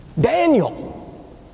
Daniel